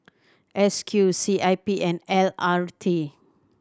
S Q C I P and L R T